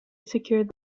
secured